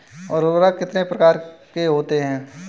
उर्वरक कितने प्रकार के होते हैं?